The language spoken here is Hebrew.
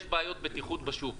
יש בעיות בטיחות בשוק.